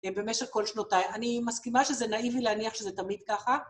במשך כל שנותיי. אני מסכימה שזה נאיבי להניח שזה תמיד ככה.